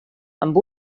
amb